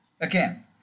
Again